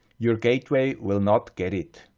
your gateway will not get it.